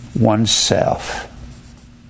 oneself